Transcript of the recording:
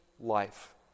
Life